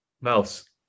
mouse